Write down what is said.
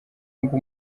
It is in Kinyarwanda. ngo